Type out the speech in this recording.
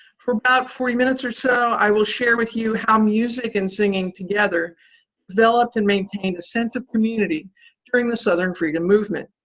for about forty minutes or so i will share with you how music and singing together developed and maintain a sense of community during the southern freedom movement.